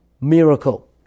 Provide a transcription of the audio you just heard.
miracle